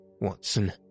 Watson